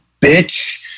bitch